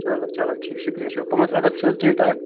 چَلو چَلو ٹھیٖک شُکریہ چھُ پانٛژھ اَگست چھا حظ ڈیٹ تۄہہِ اَتھ